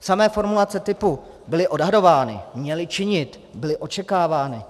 Samé formulace typu byly odhadovány, měly činit, byly očekávány.